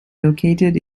located